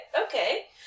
okay